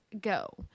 go